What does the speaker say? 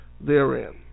therein